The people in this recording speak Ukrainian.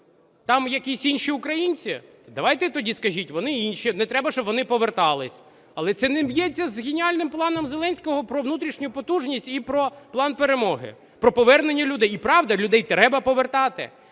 Там якісь інші українці? Давайте тоді скажіть: вони інші, не треба, щоб вони повертались. Але це не б'ється з геніальним планом Зеленського про внутрішню потужність і про План перемоги, про повернення людей. І правда, людей треба повертати,